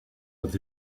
with